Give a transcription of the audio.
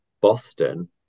Boston